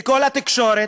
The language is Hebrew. בכל התקשורת,